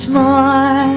more